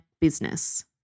business